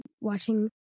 watching